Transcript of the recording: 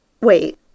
Wait